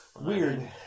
Weird